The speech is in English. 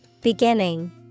Beginning